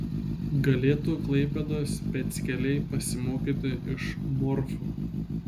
galėtų klaipėdos peckeliai pasimokyti iš morfų